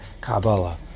Kabbalah